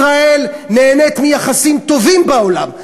ישראל נהנית מיחסים טובים בעולם,